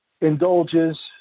indulges